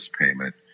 payment